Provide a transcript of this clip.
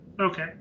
Okay